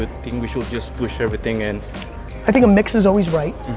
ah think we should just push everything? and i think a mix is always right,